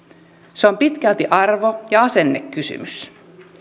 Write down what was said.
se on pitkälti arvo ja asennekysymys